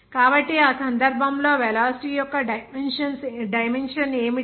కాబట్టి ఆ సందర్భంలో వెలాసిటీ యొక్క డైమెన్షన్ ఏమిటి